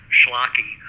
schlocky